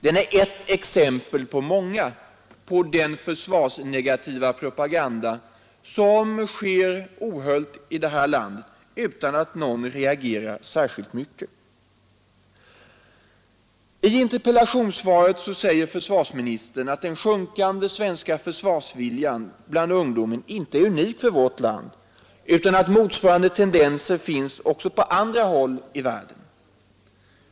Den är ett exempel bland många på den försvarsnegativa propaganda som sker ohöljt i det här landet utan att någon reagerar särskilt mycket. I interpellationssvaret säger försvarsministern att den sjunkande försvarsviljan bland ungdomen inte är unik för vårt land utan att motsvarande tendenser också finns på andra håll i världen.